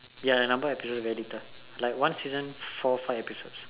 ya the number episode very little about one season four five episodes